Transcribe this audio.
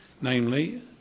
namely